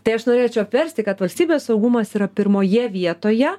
tai aš norėčiau apversti kad valstybės saugumas yra pirmoje vietoje